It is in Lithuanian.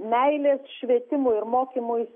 meilės švietimui ir mokymui